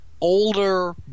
older